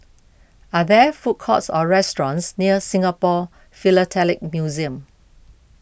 are there food courts or restaurants near Singapore Philatelic Museum